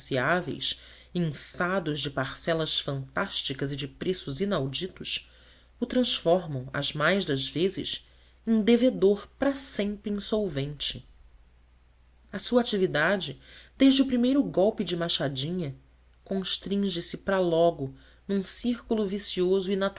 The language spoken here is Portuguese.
insaciáveis inçados de parcelas fantásticas e de preços inauditos o transformam as mais das vezes em devedor para sempre insolvente a sua atividade desde o primeiro golpe de machadinha constringe se para logo num círculo vicioso